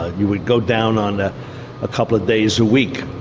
you would go down on ah a couple of days a week.